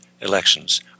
elections